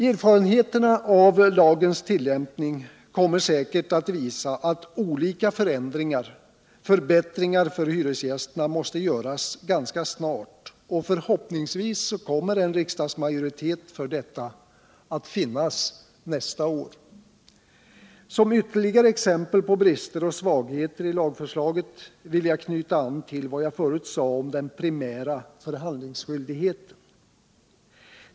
Erfarenheterna av lagens tillämpning kommer säkert att visa att olika förändringar, förbättringar för hyresgästerna, måste göras ganska snart, och förhoppningsvis kommer en riksdagsmajoritet för detta att finnas nästa år. Som ytterligare exempel på brister och svagheter i lagförslaget vill jag knyta an till vad jag förut sade om den primära förhandlingsskyldigheten.